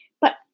But